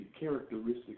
Characteristics